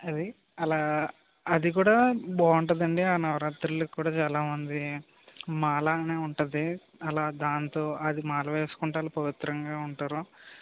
అది అలా అది కూడా బాగుంటదండీ ఆ నవరాత్రులకి కూడా చాలా మంది మాల అని ఉంటుంది అలా దాంతో అది మాల వేసుకుంటే వాళ్ళు పవిత్రంగా ఉంటారు